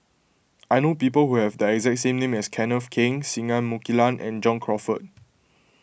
I know people who have the exact same name as Kenneth Keng Singai Mukilan and John Crawfurd